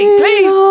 please